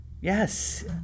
Yes